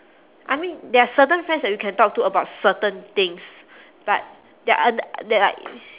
I mean there are certain friends that we can talk to about certain things but there are th~ there like